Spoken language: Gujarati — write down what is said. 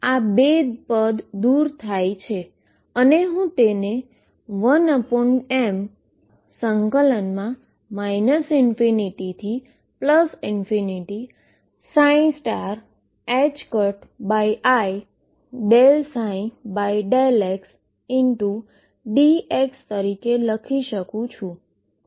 આ બે દુર થાય છે અને હું તેને 1m ∞i ∂ψ∂xdx તરીકે લખી શકું છું